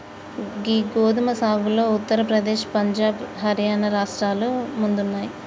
గీ గోదుమ సాగులో ఉత్తర ప్రదేశ్, పంజాబ్, హర్యానా రాష్ట్రాలు ముందున్నాయి